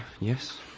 yes